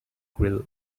grill